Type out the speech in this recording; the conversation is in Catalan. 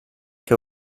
que